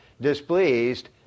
Displeased